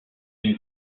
une